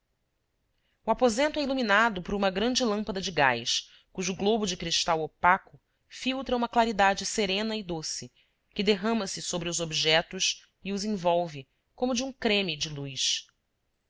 o aposento é iluminado por uma grande lâmpada de gás cujo globo de cristal opaco filtra uma claridade serena e doce que derrama se sobre os objetos e os envolve como de um creme de luz